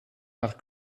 nach